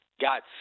got